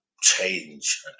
change